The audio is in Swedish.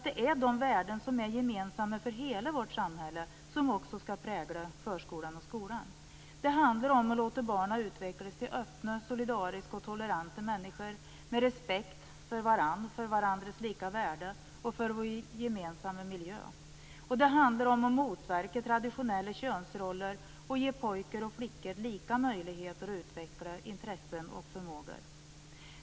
Det är de värden som är gemensamma för hela vårt samhälle som också skall prägla förskolan och skolan. Det handlar om att låta barnen utvecklas till öppna, solidariska och toleranta människor med respekt för varandra, människors lika värde och vår gemensamma miljö. Det handlar om att motverka traditionella könsroller och att ge pojkar och flickor lika möjligheter att utveckla intressen och förmåga.